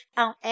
on